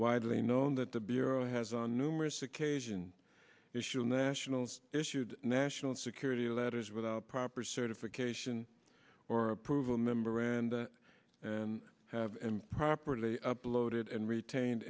widely known that the bureau has on numerous occasions issuing nationals issued national security letters without proper certification or approval member and and have improperly uploaded and retain